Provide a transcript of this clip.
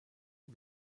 you